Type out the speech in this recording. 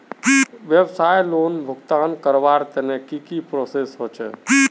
व्यवसाय लोन भुगतान करवार तने की की प्रोसेस होचे?